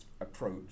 approach